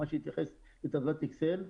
מה שהתייחס לטבלת אקסל,